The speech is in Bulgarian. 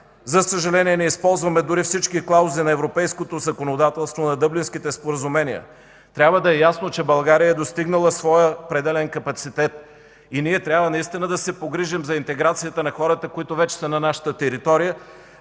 За съжаление не използваме дори и всички клаузи на европейското законодателство, на Дъблинските споразумения. Трябва да е ясно, че България е достигнала своя пределен капацитет и ние трябва наистина да се погрижим за интеграцията на хората, които вече са на нашата територия,